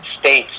state's